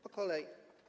Po kolei.